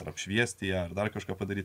apšviesti ar dar kažką padaryti